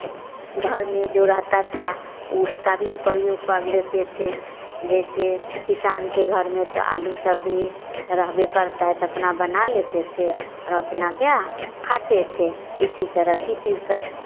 घर में जो रहता था उसका भी प्रयोग कर लेते थे जैसे किसान के घर में तो आलू सब भी रहबे करता है तो अपना बना लेते थे और अपना क्या खाते थे इसी तरह किसी क